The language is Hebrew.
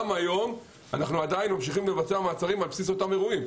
גם היום אנחנו עדיין ממשיכים לבצע מעצרים על בסיס אותם אירועים.